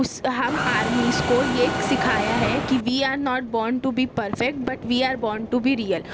اُس ہم آرمیز کو یہ سکھایا ہے کہ we are not born to be perfect but we are born to be real